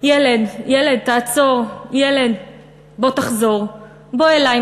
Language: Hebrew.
ילד ילד תעצור / ילד ילד בוא תחזור / בוא אלי,